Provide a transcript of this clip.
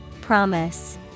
Promise